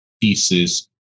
pieces